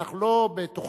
שאנחנו לא בתוכנית